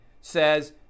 says